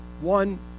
one